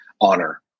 honor